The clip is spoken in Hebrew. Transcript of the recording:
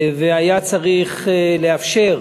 והיה צריך לאפשר